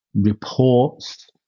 reports